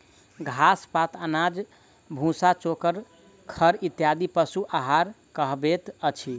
घास, पात, अनाज, भुस्सा, चोकर, खड़ इत्यादि पशु आहार कहबैत अछि